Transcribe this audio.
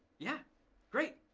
yeah great.